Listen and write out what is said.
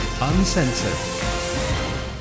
Uncensored